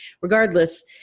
regardless